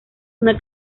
una